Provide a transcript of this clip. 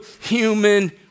human